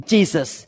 Jesus